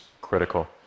critical